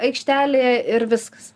aikštelėj ir viskas